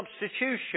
substitution